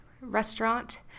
restaurant